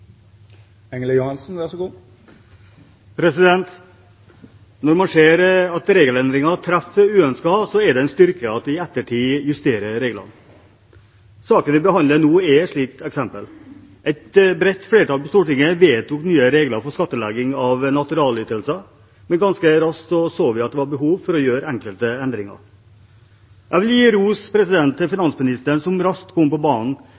det en styrke at vi justerer reglene i ettertid. Saken vi behandler nå, er et slikt eksempel. Et bredt flertall på Stortinget vedtok nye regler for skattlegging av naturalytelser, men ganske raskt så vi at det var behov for å gjøre enkelte endringer. Jeg vil gi ros til finansministeren, som raskt kom på banen